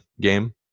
game